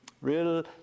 real